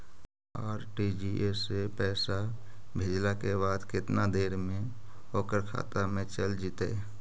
RTGS से पैसा भेजला के बाद केतना देर मे ओकर खाता मे चल जितै?